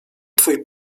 twój